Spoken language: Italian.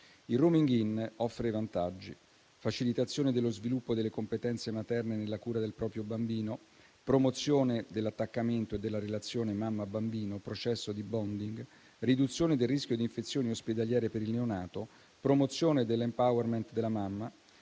Il *rooming in* offre i vantaggi: facilitazione dello sviluppo delle competenze materne nella cura del proprio bambino, promozione dell'attaccamento e della relazione mamma bambino, processo di *bonding*, riduzione del rischio di infezioni ospedaliere per il neonato, promozione dell'*empowerment* della mamma,